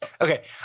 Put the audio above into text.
Okay